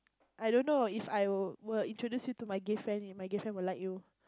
I don't know If I were introduce you to my gay friend and my gay friend will like you